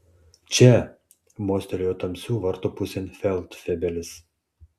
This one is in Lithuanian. čia mostelėjo tamsių vartų pusėn feldfebelis